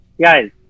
guys